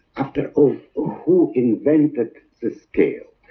after all, so who invented the scale?